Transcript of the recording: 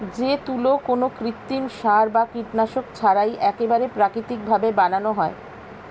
যে তুলো কোনো কৃত্রিম সার বা কীটনাশক ছাড়াই একেবারে প্রাকৃতিক ভাবে বানানো হয়